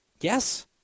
Yes